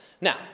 Now